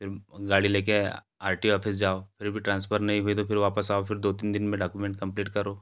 फिर गाड़ी ले कर आर टी ओ ऑफिस जाओ फिर भी ट्रांसफ़र नहीं हुए तो फिर वापस आओ फिर दो तीन दिन में डॉकुमेंट कम्प्लीट करो